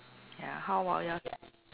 ya how about yours